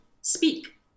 speak